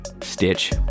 stitch